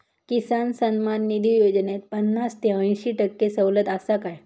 किसान सन्मान निधी योजनेत पन्नास ते अंयशी टक्के सवलत आसा काय?